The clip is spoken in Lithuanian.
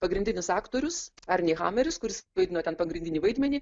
pagrindinis aktorius arnei hameris kuris vaidino ten pagrindinį vaidmenį